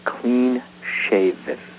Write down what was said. clean-shaven